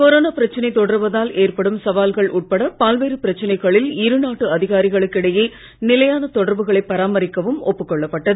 corona பிரச்சனை தொடர்வதால் ஏற்படும் சவால்கள் உட்பட பல்வேறு பிரச்சனைகளில் இரு நாட்டு அதிகரிகளுக்கு இடையே நிலையானத் தொடர்புகளைப் பராமரிக்கவும் ஒப்புக் கொள்ளப்பட்டது